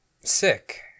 sick